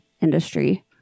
industry